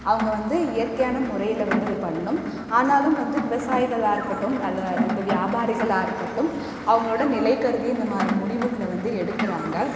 அவங்க வந்து இயற்கையான முறையில் வந்து இதை பண்ணும் ஆனாலும் வந்து விவசாயிகளாக இருக்கட்டும் இல்ல இது வியாபாரிகளாக இருக்கட்டும் அவங்களோடய நிலை கருதி இந்தமாதிரி முடிவுகளை வந்து எடுக்கிறாங்க